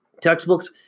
Textbooks